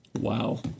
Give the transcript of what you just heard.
Wow